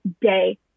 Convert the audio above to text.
day